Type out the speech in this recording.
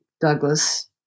Douglas